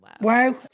wow